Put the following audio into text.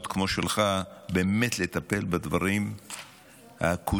כמו שלך באמת לטפל בדברים האקוטיים,